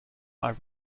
are